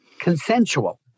Consensual